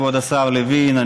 כבוד השר לוין,